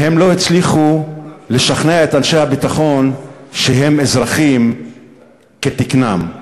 והם לא הצליחו לשכנע את אנשי הביטחון שהם אזרחים כתקנם.